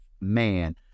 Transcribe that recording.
man